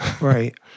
Right